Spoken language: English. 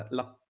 la